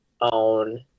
own